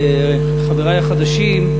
חברי החדשים,